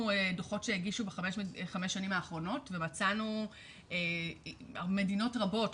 דו"חות שהגישו בחמש השנים האחרונות ומצאנו מדינות רבות,